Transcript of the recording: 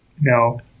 No